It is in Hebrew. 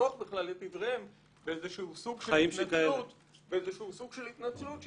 לפתוח בכלל את דבריהם באיזשהו סוג של התנצלות,